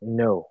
no